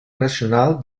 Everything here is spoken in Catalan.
nacional